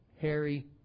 Harry